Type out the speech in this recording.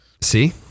See